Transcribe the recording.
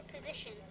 position